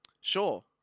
Sure